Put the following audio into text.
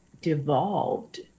devolved